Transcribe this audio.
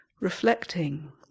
reflecting